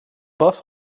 bus